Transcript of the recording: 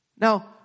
Now